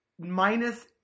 minus